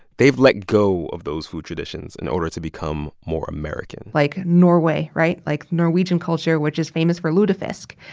they've let go of those food traditions in order to become more american like norway, right? like, norwegian culture which is famous for lutefisk,